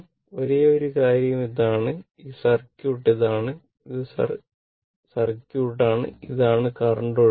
ഒരേയൊരു കാര്യം ഇതാണ് ഇത് സർക്യൂട്ട് ഇതാണ് ഇത് സർക്യൂട്ട് ആണ് ഇതാണ് കറന്റ് ഒഴുകുന്നത്